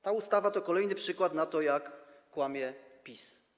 Ta ustawa to kolejny przykład na to, jak kłamie PiS.